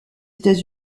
états